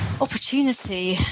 Opportunity